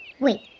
Wait